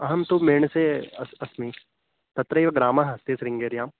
अहं तु मेणसे अस्मि तत्रैव ग्रामः अस्ति शृङ्गेर्यां